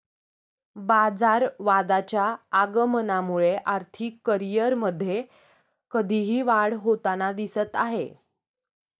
बाजारवादाच्या आगमनामुळे आर्थिक करिअरमध्ये कधीही वाढ होताना दिसत आहे